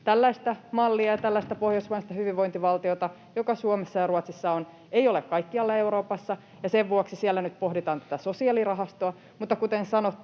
Tällaista mallia ja tällaista pohjoismaista hyvinvointivaltiota, joka Suomessa ja Ruotsissa on, ei ole kaikkialla Euroopassa, ja sen vuoksi siellä nyt pohditaan tätä sosiaalirahastoa, mutta kuten sanottu,